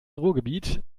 ruhrgebiet